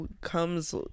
comes